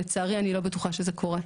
לצערי אני לא בטוחה שזה קורה,